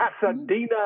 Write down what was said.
Pasadena